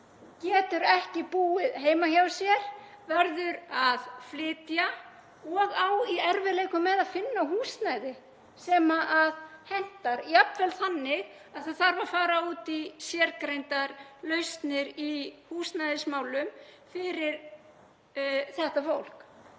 getur ekki búið heima hjá sér og verður að flytja og á í erfiðleikum með að finna húsnæði sem hentar. Jafnvel þannig að það þarf að fara út í sérgreindar lausnir í húsnæðismálum fyrir þetta fólk.